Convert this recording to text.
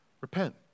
Repent